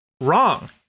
wrong